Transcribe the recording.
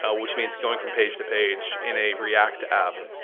ah which means going from page to page in a react app,